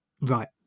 right